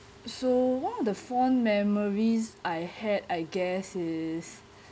so one of the fond memories I had I guess is